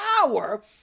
power